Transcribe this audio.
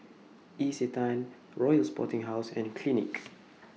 Isetan Royal Sporting House and Clinique